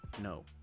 no